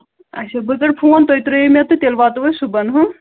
اچھا بہٕ کرٕ فون تُہۍ ترٛٲیِو مےٚ تہٕ تیٚلہِ واتو أسۍ صُبحَن ہہ